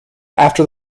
after